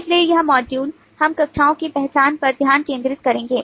इसलिए यह मॉड्यूल हम कक्षाओं की पहचान पर ध्यान केंद्रित करेंगे